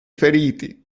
feriti